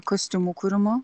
kostiumų kūrimu